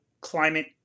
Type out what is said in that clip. climate